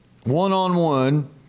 One-on-one